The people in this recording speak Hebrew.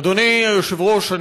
אדוני היושב-ראש,